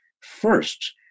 first